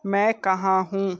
मैं कहाँ हूँ